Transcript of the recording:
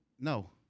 No